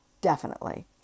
Definitely